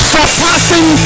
Surpassing